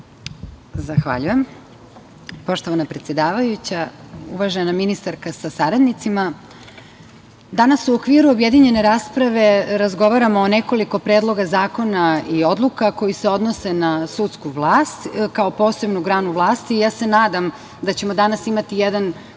Zahvaljujem. Poštovana predsedavajuća, uvažena ministarka sa saradnicima, danas u okviru objedinjene rasprave razgovaramo o nekoliko predloga zakona i odluka koje se odnose na sudsku vlast kao posebnu granu vlasti i ja se nadam da ćemo danas imati jedan